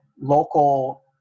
local